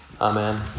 Amen